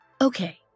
Okay